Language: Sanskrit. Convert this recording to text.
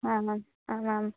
आम् आम् आम् आम्